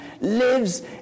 lives